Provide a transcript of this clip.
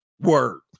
word